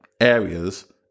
areas